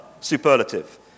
superlative